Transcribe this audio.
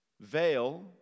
veil